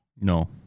No